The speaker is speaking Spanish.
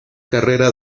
carrera